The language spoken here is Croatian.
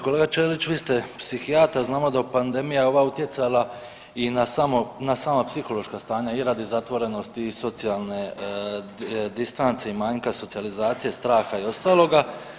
Kolega Ćelić vi ste psihijatar i znamo da je pandemija ova utjecala i na sama psihološka stanja i radi zatvorenosti i socijalne distance i manjka socijalizacije, straha i ostaloga.